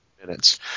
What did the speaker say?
minutes